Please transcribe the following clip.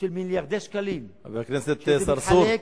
של מיליארדי שקלים, חבר הכנסת צרצור.